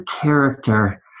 character